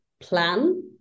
plan